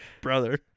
Brother